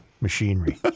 machinery